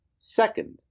Second